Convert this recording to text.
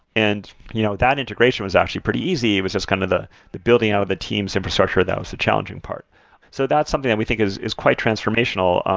and you know that integration was actually pretty easy. it was just kind of the the building out of the team's infrastructure and that was the challenging part so that's something that we think is is quite transformational.